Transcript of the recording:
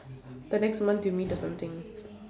the next month you meet or something